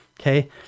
Okay